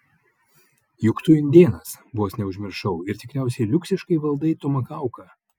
juk tu indėnas vos neužmiršau ir tikriausiai liuksiškai valdai tomahauką